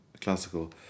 classical